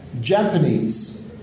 Japanese